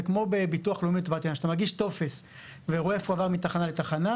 זה כמו בביטוח לאומי כשאתה מגיש טופס ורואה איפה הוא עבר מתחנה לתחנה,